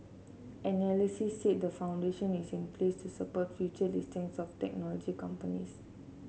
analysts said the foundation is in place to support future listings of technology companies